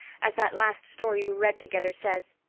as that last story we read together says.